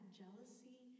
jealousy